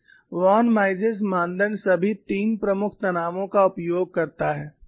von Mises मानदंड सभी तीन प्रमुख तनावों का उपयोग करता है